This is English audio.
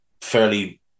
fairly